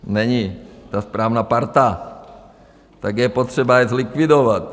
To není ta správná parta, tak je potřeba je zlikvidovat.